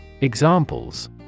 Examples